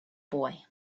boy